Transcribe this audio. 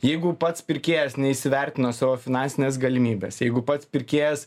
jeigu pats pirkėjas neįsivertina savo finansines galimybės jeigu pats pirkėjas